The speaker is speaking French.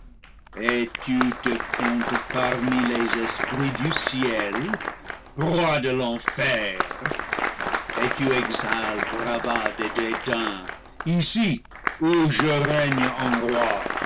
et tu te comptes parmi les esprits du ciel proie de l'enfer et tu exhales bravade et dédains ici où je règne en roi